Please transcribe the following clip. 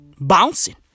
bouncing